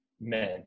men